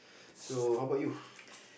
so how about you